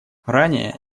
ранее